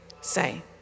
say